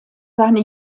seine